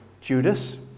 Judas